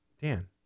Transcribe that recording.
Dan